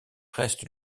reste